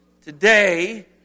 Today